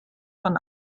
von